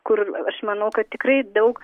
kur aš manau tikrai daug